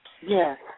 Yes